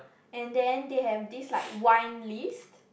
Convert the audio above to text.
and then they have this like wine list